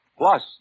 Plus